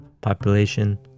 population